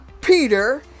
Peter